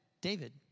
David